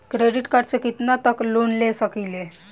Credit card से कितना तक लोन ले सकईल?